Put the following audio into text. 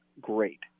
great